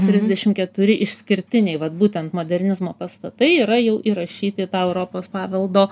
trisdešim keturi išskirtiniai vat būtent modernizmo pastatai yra jau įrašyti į tą europos paveldo